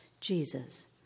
Jesus